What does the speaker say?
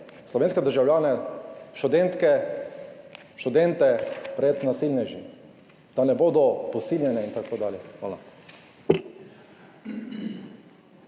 slovenske državljane, študentke, študente pred nasilneži, da ne bodo posiljene in tako dalje. Hvala.